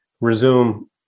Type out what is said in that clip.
resume